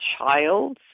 child's